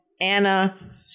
Anna